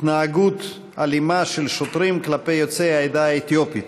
התנהגות אלימה של שוטרים כלפי יוצאי העדה האתיופית.